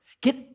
get